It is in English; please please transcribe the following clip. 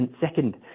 second